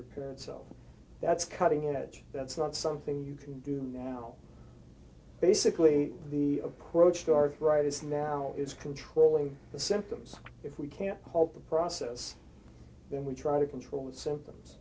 repair itself that's cutting edge that's not something you can do now basically the approach to arthritis now is controlling the symptoms if we can help the process then we try to control the symptoms